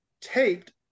taped